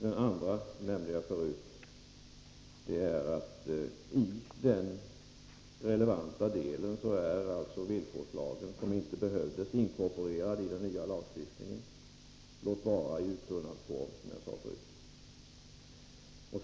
Min andra synpunkt är den som jag förut nämnde: att i den relevanta delen är villkorslagen, som inte skulle behövas, inkorporerad i den nya lagstiftningen — låt vara, som jag också sade förut, i uttunnad form.